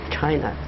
China